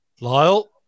Lyle